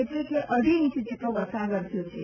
એટલે કે અઢી ઇંચ જેટલો વરસાદ વરસ્યો છે